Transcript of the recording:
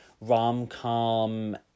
rom-com